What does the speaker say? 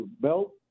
belt